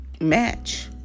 match